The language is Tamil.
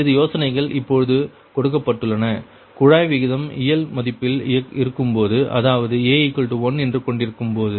சிறிது யோசனைகள் இப்பொழுது கொடுக்கப்பட்டுள்ளன குழாய் விகிதம் இயல் மதிப்பில் இருக்கும்போது அதாவது a1 என்று கொண்டிருக்கும்போது